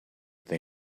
they